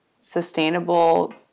sustainable